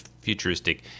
futuristic